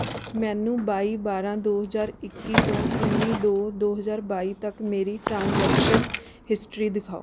ਮੈਨੂੰ ਬਾਈ ਬਾਰਾਂ ਦੋ ਹਜ਼ਾਰ ਇੱਕੀ ਤੋਂ ਉੱਨੀ ਦੋ ਦੋ ਹਜ਼ਾਰ ਬਾਈ ਤੱਕ ਮੇਰੀ ਟ੍ਰਾਂਜੈਕਸ਼ਨ ਹਿਸਟਰੀ ਦਿਖਾਓ